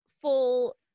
full